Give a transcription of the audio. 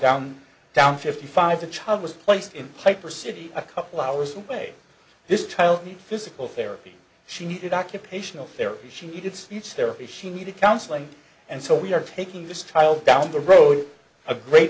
down down fifty five the child was placed in hyper city a couple hours away this child need physical therapy she needed occupational therapy she needed speech therapy she needed counseling and so we're taking this trial down the road a great